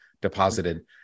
deposited